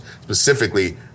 specifically